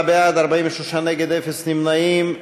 34 בעד, 43 נגד, אפס נמנעים.